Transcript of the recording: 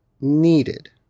needed